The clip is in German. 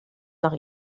nach